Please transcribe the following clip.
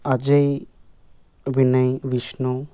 Ajay Vinay Vishnu